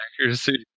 Accuracy